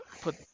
put